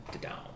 down